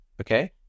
Okay